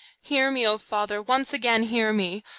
hear me, o father, once again hear me.